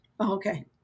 Okay